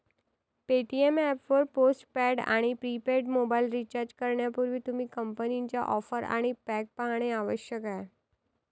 Paytm app वर postpaid आणि prepaid mobile recharge करण्यापूर्वी, तुम्ही कंपनीच्या ऑफर आणि पॅक पाहणे आवश्यक आहे